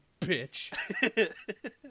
bitch